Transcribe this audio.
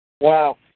Wow